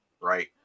right